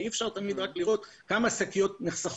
אי אפשר תמיד לראות רק כמה שקיות נחסכות.